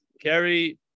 Kerry